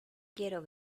quiero